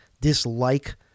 dislike